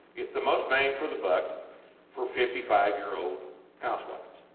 its the most bang for the buck for fifty five year old housewives